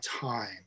time